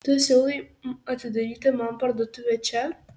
tu siūlai atidaryti man parduotuvę čia